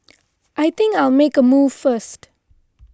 I think I'll make a move first